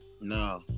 No